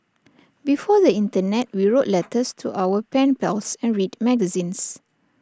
before the Internet we wrote letters to our pen pals and read magazines